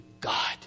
God